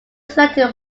selected